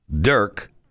Dirk